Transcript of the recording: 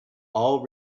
all